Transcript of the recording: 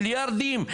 מיליארדים,